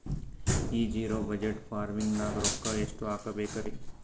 ಈ zero budget farming ನಾಗ್ ರೊಕ್ಕ ಎಷ್ಟು ಹಾಕಬೇಕರಿ?